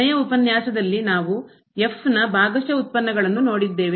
ಕೊನೆಯ ಉಪನ್ಯಾಸದಲ್ಲಿ ನಾವು ನ ಭಾಗಶಃ ಉತ್ಪನ್ನಗಳನ್ನು ನೋಡಿದ್ದೇವೆ